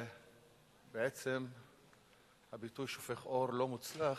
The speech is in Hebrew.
בעצם הביטוי "שופך אור" לא מוצלח,